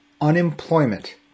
unemployment